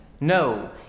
No